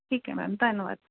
ਠੀਕ ਹੈ ਮੈਮ ਧੰਨਵਾਦ